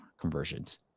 conversions